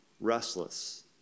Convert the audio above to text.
restless